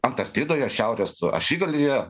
antarktidoje šiaurės ašigalyje